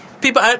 people